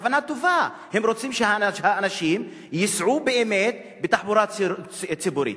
כוונה טובה: הם רוצים שאנשים ייסעו באמת בתחבורה ציבורית.